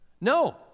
No